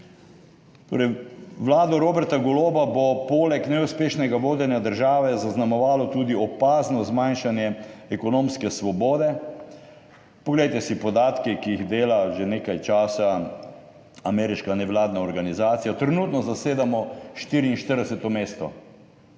Torej vlado Roberta Goloba bo poleg neuspešnega vodenja države zaznamovalo tudi opazno zmanjšanje ekonomske svobode. Poglejte si podatke, ki jih dela že nekaj časa ameriška nevladna organizacija. Trenutno zasedamo 44. mesto.